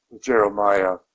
Jeremiah